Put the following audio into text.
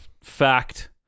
fact